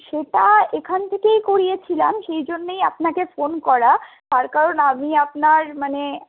সেটা এখান থেকেই করিয়েছিলাম সেইজন্যই আপনাকে ফোন করা তার কারন আমি আপনার মানে